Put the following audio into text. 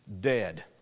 dead